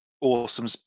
awesome